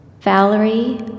Valerie